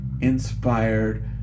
inspired